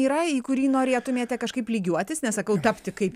yra į kurį norėtumėte kažkaip lygiuotis nesakau tapti kaip